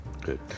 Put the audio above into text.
Good